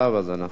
וזה,